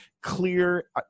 clear